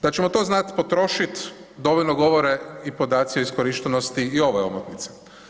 Da ćemo to znati potrošit dovoljno govore podaci i podaci o iskorištenosti i ove omotnice.